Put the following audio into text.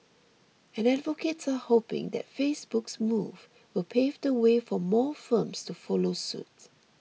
and advocates are hoping that Facebook's move will pave the way for more firms to follow suit